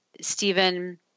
Stephen